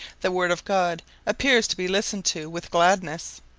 the word of god appears to be listened to with gladness.